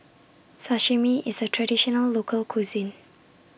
Sashimi IS A Traditional Local Cuisine